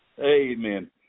Amen